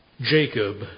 Jacob